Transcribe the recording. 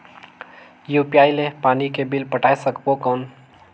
UPI ले पानी के बिल पटाय सकबो कौन?